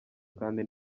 kandi